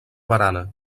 barana